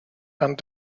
and